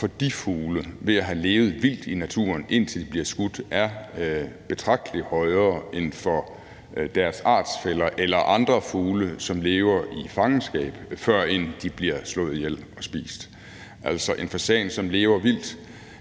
for de fugle, som har levet vildt i naturen, indtil de bliver skudt, er betragtelig højere end for deres artsfæller aller andre fugle, som lever i fangenskab, før de bliver slået ihjel og spist. En fasan, som lever vildt,